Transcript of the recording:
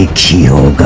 ah killed